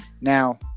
Now